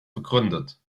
begründet